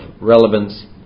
relevance